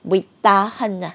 buay tahan lah